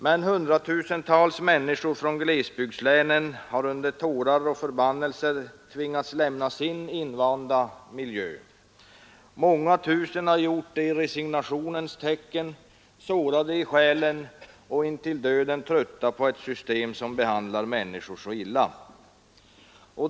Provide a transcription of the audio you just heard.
Men hundratusentals människor från glesbygdslänen har under tårar och förbannelser tvingats lämna sin invanda miljö. Många tusen har gjort det i resignationens tecken, sårade i själen och intill döden trötta på ett system som behandlar människor så illa.